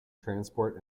transport